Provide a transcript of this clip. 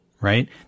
right